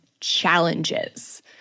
challenges